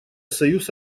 союз